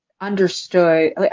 understood